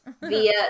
via